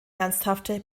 ernsthafte